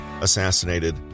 assassinated